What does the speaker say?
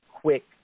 quick